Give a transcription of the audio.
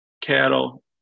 cattle